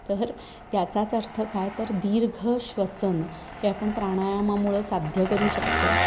तर याचाच अर्थ काय तर दीर्घश्वसन हे आपण प्राणायामामुळं साध्य करू शकतो